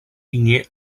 lignées